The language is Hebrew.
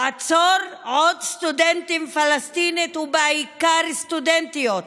לעצור עוד סטודנטים פלסטינים ובעיקר סטודנטיות,